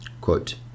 quote